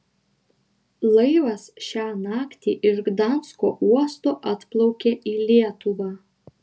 laivas šią naktį iš gdansko uosto atplaukė į lietuvą